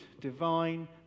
divine